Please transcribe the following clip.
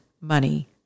money